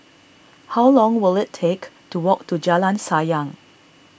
how long will it take to walk to Jalan Sayang